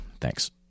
Thanks